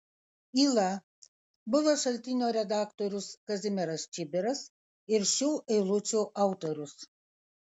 yla buvęs šaltinio redaktorius kazimieras čibiras ir šių eilučių autorius